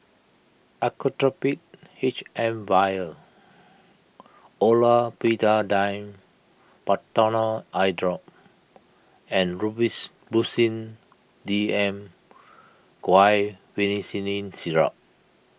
Actrapid H M Vial Olopatadine Patanol Eyedrop and Robitussin D M Guaiphenesin Syrup